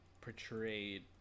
portrayed